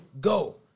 go